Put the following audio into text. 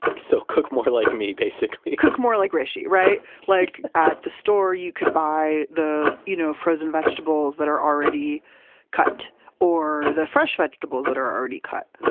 so cook more like me basically cook more like hrishi. like at the store you could buy the you know frozen vegetables that are already cut or the fresh vegetables that are already cut.